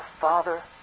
Father